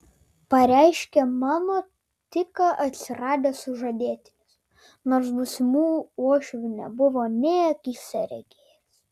pareiškė mano tik ką atsiradęs sužadėtinis nors būsimų uošvių nebuvo nė akyse regėjęs